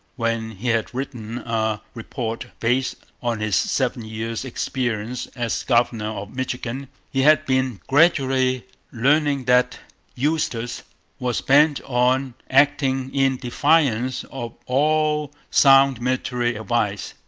when he had written a report based on his seven years' experience as governor of michigan, he had been gradually learning that eustis was bent on acting in defiance of all sound military advice.